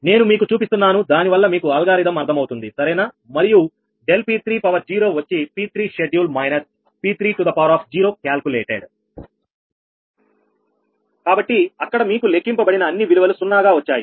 నేను మీకు చూపిస్తున్నాను దానివల్ల మీకు అల్గారిథం అర్థమవుతుంది సరేనా మరియు ∆P30వచ్చి P3 scheduleమైనస్ P3 calculated0 కాబట్టి అక్కడ మీకు లెక్కింపబడిన అన్ని విలువలు 0 గా వచ్చాయి